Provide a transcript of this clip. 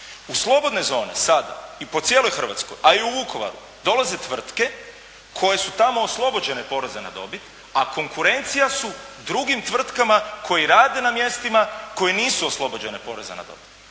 U slobodne zone sada i po cijeloj Hrvatskoj, a i u Vukovaru dolaze tvrtke koje su tamo oslobođene poreza na dobit, a konkurencija su drugim tvrtkama koje rade na mjestima koje nisu oslobođene poreza na dobit.